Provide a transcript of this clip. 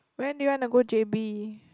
when do you want to go j_b